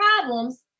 problems